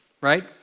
right